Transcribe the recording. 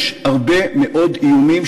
יש הרבה מאוד איומים,